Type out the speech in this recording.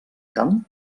camp